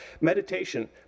meditation